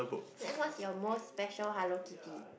then what's your most special Hello-Kitty